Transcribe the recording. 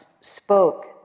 spoke